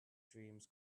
dreams